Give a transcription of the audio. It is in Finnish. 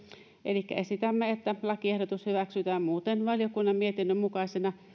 elikkä esitämme että lakiehdotus hyväksytään muuten valiokunnan mietinnön mukaisena